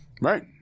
Right